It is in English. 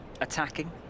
attacking